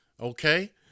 Okay